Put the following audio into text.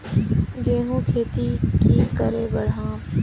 गेंहू खेती की करे बढ़ाम?